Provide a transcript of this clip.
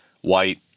white